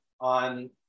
on